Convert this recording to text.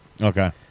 Okay